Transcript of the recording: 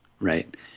Right